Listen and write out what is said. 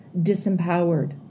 disempowered